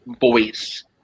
voice